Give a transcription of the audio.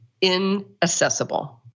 inaccessible